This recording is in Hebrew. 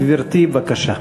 גברתי, בבקשה.